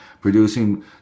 producing